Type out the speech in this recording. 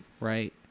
right